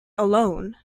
alone